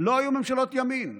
לא היו ממשלות ימין.